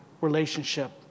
relationship